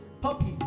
puppies